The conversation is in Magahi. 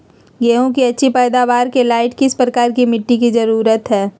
गेंहू की अच्छी पैदाबार के लाइट किस प्रकार की मिटटी की जरुरत है?